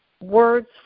words